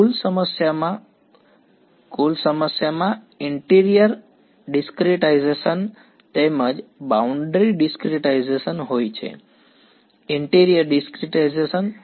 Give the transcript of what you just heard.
કુલ સમસ્યામાં કુલ સમસ્યામાં ઈન્ટીરીયર ડિસ્કરીટાઈઝેશન તેમજ બાઉન્ડ્રી ડિસ્ક્રિટાઇઝેશન હોય છે ઈન્ટીરીયર ડિસ્કરીટાઈઝેશન